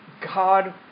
God